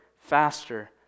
faster